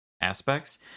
aspects